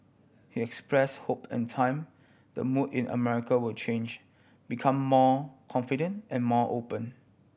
he expressed hope end time the mood in America will change become more confident and more open